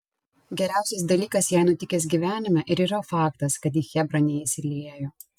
geriausias dalykas jai nutikęs gyvenime ir yra faktas kad į chebrą neįsiliejo